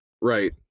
Right